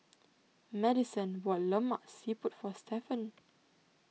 Madyson bought Lemak Siput for Stephon